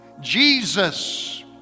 Jesus